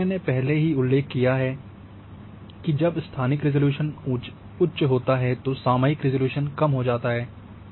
जैसकी मैंने पहले ही उल्लेख किया है कि जब स्थानिक रिज़ॉल्यूशन उच्च होता है तो सामयिक रिज़ॉल्यूशन कम हो जाता है